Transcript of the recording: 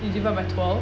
you divide by twelve